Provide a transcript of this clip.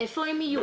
איפה הם יהיו?